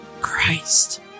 Christ